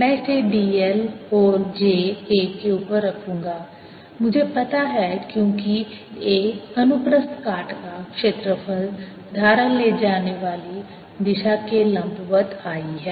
मैं इसे dl और j a के ऊपर रखूँगा मुझे पता है क्योंकि A अनुप्रस्थ काट का क्षेत्रफल धारा ले जाने वाली दिशा के लंबवत्त I है